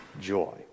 Joy